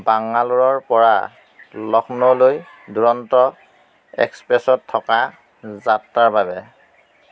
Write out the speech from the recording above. বাংগালোৰৰ পৰা লক্ষ্নৌলৈ দুৰন্ত এক্সপ্ৰেছত থকা যাত্ৰাৰ বাবে